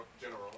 general